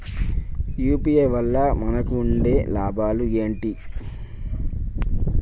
UPI వల్ల మనకు ఉండే లాభాలు ఏంటి?